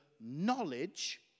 knowledge